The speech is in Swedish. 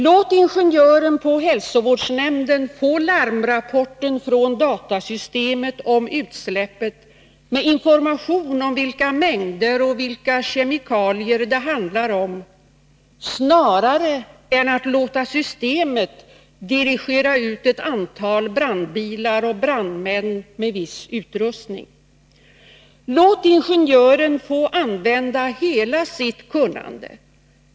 Låt ingenjören på hälsovårdsnämnden få larmrapporten från datasystemet om utsläppet, med information om vilka mängder och vilka kemikalier det handlar om snarare än att låta systemet dirigera ut ett antal brandbilar och brandmän med viss utrustning. Låt ingenjören få använda hela sitt kunnande.